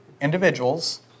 individuals